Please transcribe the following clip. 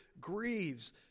grieves